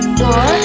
four